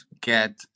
get